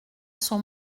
son